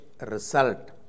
result